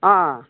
अँ अँ